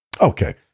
Okay